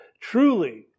truly